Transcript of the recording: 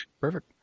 Perfect